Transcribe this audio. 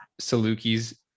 Salukis